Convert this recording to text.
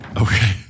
Okay